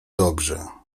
dobrze